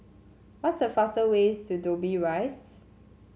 what is the fastest way to Dobbie Rise